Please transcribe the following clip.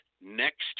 next